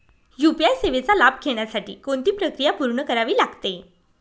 UPI सेवेचा लाभ घेण्यासाठी कोणती प्रक्रिया पूर्ण करावी लागते?